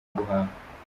guhaha